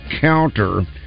counter